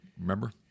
Remember